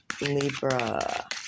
Libra